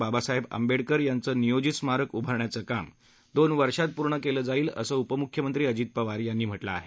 बाबासाहेब आंबेडकर यांचं नियोजित स्मारक उभारण्याचं काम दोन वर्षात पूर्ण केलं जाईल असं उपमुख्यमंत्री अजित पवार यांनी म्हटलं आहे